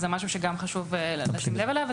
אז זה משהו שגם חשוב לשים לב אליו,